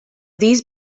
these